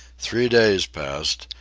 three days passed,